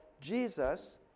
jesus